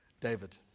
David